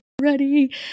ready